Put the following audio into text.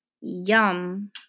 Yum